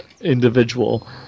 individual